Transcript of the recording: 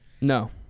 No